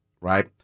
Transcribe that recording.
right